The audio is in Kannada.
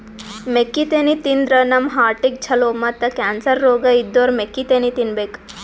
ಮೆಕ್ಕಿತೆನಿ ತಿಂದ್ರ್ ನಮ್ ಹಾರ್ಟಿಗ್ ಛಲೋ ಮತ್ತ್ ಕ್ಯಾನ್ಸರ್ ರೋಗ್ ಇದ್ದೋರ್ ಮೆಕ್ಕಿತೆನಿ ತಿನ್ಬೇಕ್